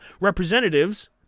representatives